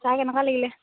চাই কেনেকুৱা লাগিলে